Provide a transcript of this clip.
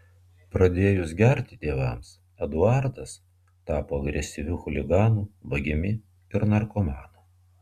pradėjus gerti tėvams eduardas tapo agresyviu chuliganu vagimi ir narkomanu